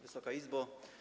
Wysoka Izbo!